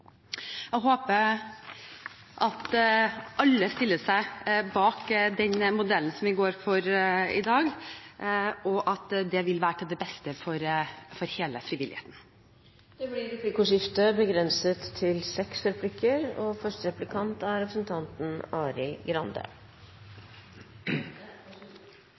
Jeg håper at alle stiller seg bak den modellen som vi går for i dag, og at det vil være til det beste for hele frivilligheten. Det blir replikkordskifte. Det jeg tror vi kan være enige om i denne salen, er